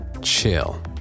chill